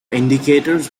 indicators